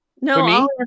no